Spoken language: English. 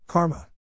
Karma